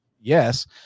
Yes